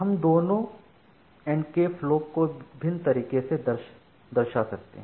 हम दोनों एंड के फ्लो को भिन्न तरीके से दर्शा सकते हैं